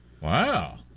Wow